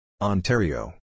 Ontario